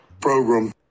Program